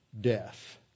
death